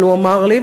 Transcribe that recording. אבל הוא אמר לי,